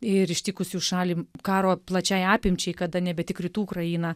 ir ištikus jau šalį karo plačiai apimčiai kada nebe tik rytų ukrainą